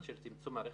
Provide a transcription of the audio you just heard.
של צמצום הרכש,